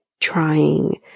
trying